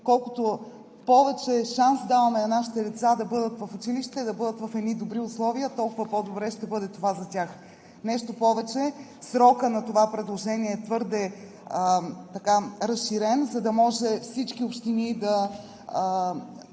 колкото повече шанс даваме на нашите деца да бъдат в училище, да бъдат в едни добри условия, толкова по-добре ще бъде това за тях. Нещо повече, срокът на това предложение е твърде разширен, за да може всички общини да